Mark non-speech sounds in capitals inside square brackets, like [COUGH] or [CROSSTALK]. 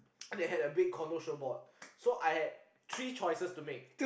[NOISE] then they had a big condo show board so I had three choices to make